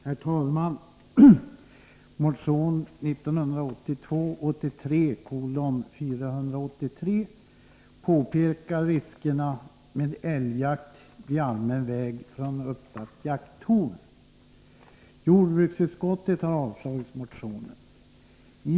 Herr talman! I motion 1982/83:483 påpekas riskerna med älgjakt vid allmän väg från uppsatt jakttorn. Jordbruksutskottet har avstyrkt motionen.